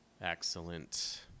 Excellent